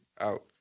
out